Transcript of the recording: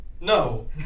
No